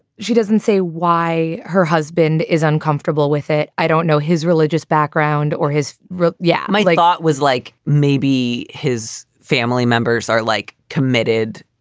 she doesn't say why her husband is uncomfortable with it. i don't know his religious background or his. yeah my like thought was like maybe his family members are like committed,